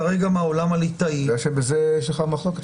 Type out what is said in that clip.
כרגע מהעולם הליטאי --- אתה יודע שבזה יש לך מחלוקת?